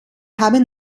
haben